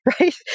right